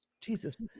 Jesus